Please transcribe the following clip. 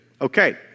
Okay